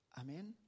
amen